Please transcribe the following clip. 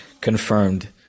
confirmed